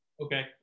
Okay